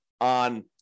on